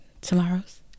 tomorrow's